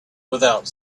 without